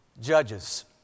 Judges